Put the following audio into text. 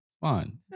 Fine